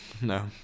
No